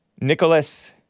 Nicholas